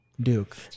Duke